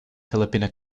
filipino